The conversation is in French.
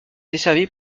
desservie